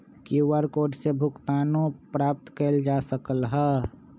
QR code से भुगतानो प्राप्त कएल जा सकल ह